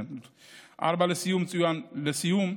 לסיום,